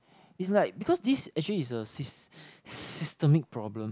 is like because this actually is a sys~ systemic problem